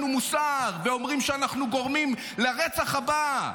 מוסר ואומרים שאנחנו גורמים לרצח הבא.